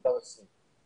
מותר 20 אנשים.